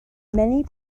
many